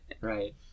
Right